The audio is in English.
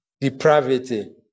depravity